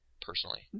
personally